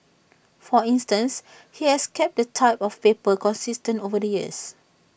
for instance he has kept the type of paper consistent over the years